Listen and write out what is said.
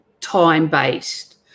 time-based